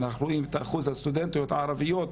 אנחנו רואים את אחוז הסטודנטיות הערביות,